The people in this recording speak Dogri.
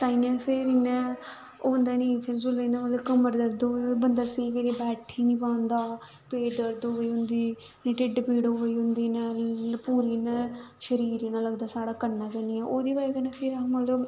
ताइंये फिर इ'यां ओह् होंदा नि फेर जोल्लै इ'यां मतलब कमर दर्द होन बंदा स्हेई करियै बैठी निं पांदा पेठ दर्द होआ दी होंदी टेड्ढ पीड़ होआ दी होंदी इ'यां पूरी इ'यां शरीर इ'यां लगदा साढ़ा कन्नै गै निं ऐ ओह्दी बजह् कन्नै फिर अह् मतलब